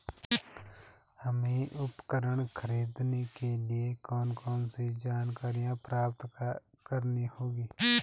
हमें उपकरण खरीदने के लिए कौन कौन सी जानकारियां प्राप्त करनी होगी?